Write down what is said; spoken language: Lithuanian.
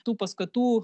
tų paskatų